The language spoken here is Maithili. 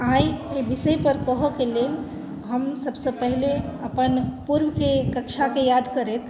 आइ एहि विषयपर कहय के लेल हम सभसँ पहिने अपन पूर्वके कक्षाके याद करैत